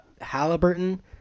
Halliburton